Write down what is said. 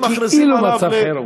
זה כאילו מצב חירום.